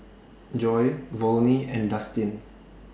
Joy Volney and Dustin